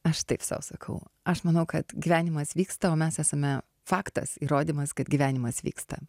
aš taip sau sakau aš manau kad gyvenimas vyksta o mes esame faktas įrodymas kad gyvenimas vyksta